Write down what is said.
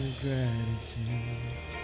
gratitude